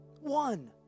One